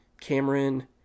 Cameron